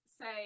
say